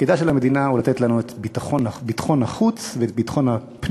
תפקידה של המדינה הוא לתת לנו את ביטחון החוץ ואת ביטחון הפנים,